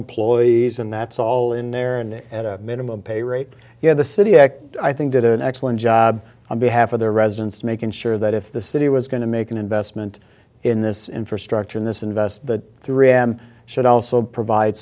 employees and that's all in there and at a minimum pay rate you know the city act i think did an excellent job on behalf of their residents making sure that if the city was going to make an investment in this infrastructure in this invest that three am should also provide